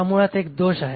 हा मुळात एक दोष आहे